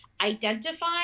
identify